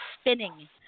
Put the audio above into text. spinning